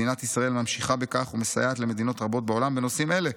מדינת ישראל ממשיכה בכך ומסייעת למדינות רבות בעולם בנושאים אלה.